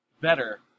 better